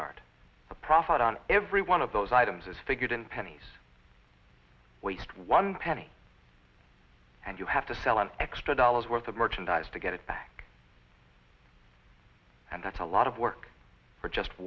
the profit on every one of those items is figured in pennies waste one penny and you have to sell an extra dollars worth of merchandise to get it back and that's a lot of work for just